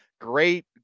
Great